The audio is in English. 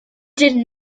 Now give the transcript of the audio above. did